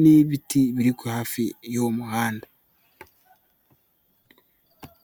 n'ibiti biri hafi y'uwo muhanda.